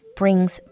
brings